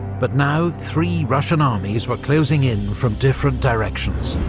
but now three russian armies were closing in from different directions,